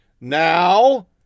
Now